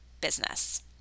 business